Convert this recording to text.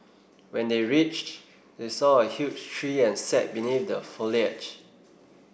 when they reached they saw a huge tree and sat beneath the foliage